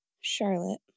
Charlotte